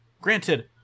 Granted